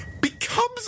becomes